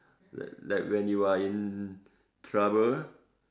like when you are in trouble